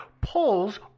pulls